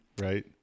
Right